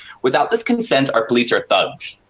without this consent, our police are thugs.